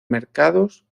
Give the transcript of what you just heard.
mercados